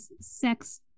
sex